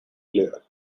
player